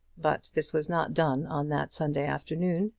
but this was not done on that sunday afternoon,